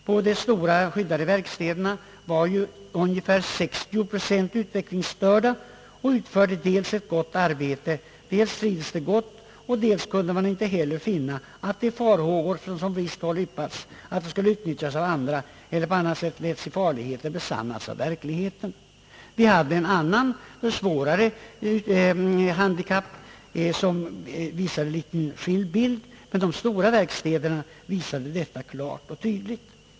På flera stora skyddade verkstäder var cirka 60 procent utvecklingsstörda. De utförde ett gott arbete, de trivdes gott, och man kunde ej heller finna att de farhågor som från visst håll yppats att de skulle ha utnyttjats av andra eller på annat sätt letts in i farligheter besannats av verkligheten. De stora verkstäderna visade detta klart, medan en verkstad för svårare handikapp visade upp en något avvikande bild.